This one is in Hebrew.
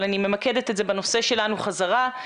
אבל אני ממקדת את זה בנושא שלנו חזרה,